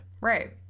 right